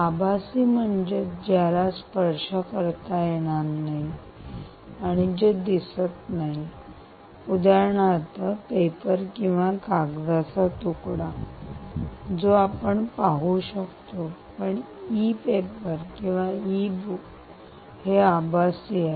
आभासी म्हणजे ज्याला स्पर्श करता येणार नाही आणि जे दिसत नाही उदाहरणार्थ पेपर किंवा कागदाचा तुकडा जो आपण पाहू शकतो पण ई पेपर किंवा ई बुक हे आभासी आहे